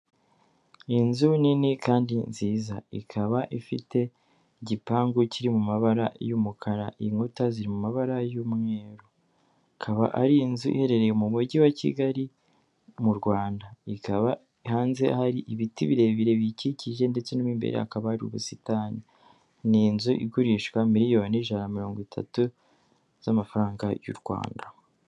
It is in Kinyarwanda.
Inzu nini kandi nziza, ikaba ifite igipangu kiri mu mabara y'umukara, inkuta ziri mu mabara y'umweru, ikaba ari inzu iherereye mu mujyi wa Kigali mu Rwanda, ikaba hanze hari ibiti birebire biyikikije ndetse n'imbere akaba ari ubusitani, ni inzu igurishwa miliyoni ijana mirongo itatu z'amafaranga y'u Rwanda.